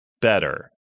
better